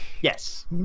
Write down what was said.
yes